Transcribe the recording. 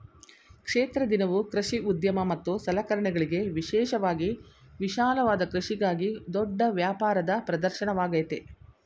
ಕ್ಷೇತ್ರ ದಿನವು ಕೃಷಿ ಉದ್ಯಮ ಮತ್ತು ಸಲಕರಣೆಗಳಿಗೆ ವಿಶೇಷವಾಗಿ ವಿಶಾಲವಾದ ಕೃಷಿಗಾಗಿ ದೊಡ್ಡ ವ್ಯಾಪಾರದ ಪ್ರದರ್ಶನವಾಗಯ್ತೆ